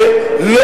לא,